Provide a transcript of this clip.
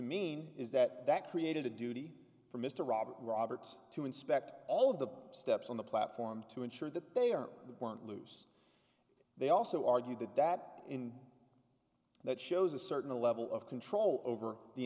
mean is that that created a duty for mr robin roberts to inspect all of the steps on the platform to ensure that they are won't lose they also argue that that in that shows a certain level of control over the